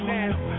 Now